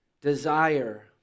desire